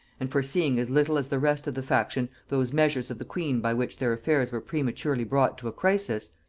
and foreseeing as little as the rest of the faction those measures of the queen by which their affairs were prematurely brought to a crisis,